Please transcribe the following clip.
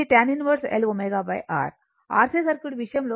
R C circuit విషయంలో ఇది tan 1 1 ω c